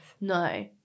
No